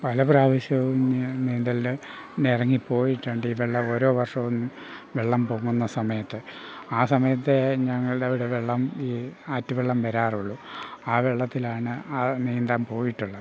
പല പ്രാവശ്യവും ഞാൻ നീന്തലിന് ഇറങ്ങി പോയിട്ടുണ്ട് ഈ വെള്ളം ഓരോ വർഷവും വെള്ളം പൊങ്ങുന്ന സമയത്ത് ആ സമയത്ത് ഞങ്ങളുടെ അവിടെ വെള്ളം ഈ ആറ്റു വെള്ളം വരാറുള്ളു ആ വെള്ളത്തിലാണ് ആ നീന്താൻ പോയിട്ടുള്ളത്